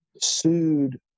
sued